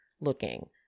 looking